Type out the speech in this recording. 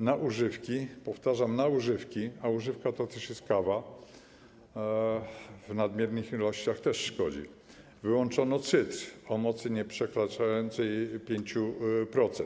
na używki, powtarzam: na używki, a używka to też jest kawa, która w nadmiernych ilościach szkodzi, wyłączono cydr o mocy nieprzekraczającej 5%.